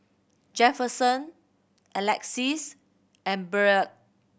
Jefferson Alexis and Byrd